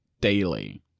Daily